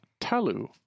Talu